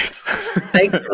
thanks